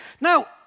Now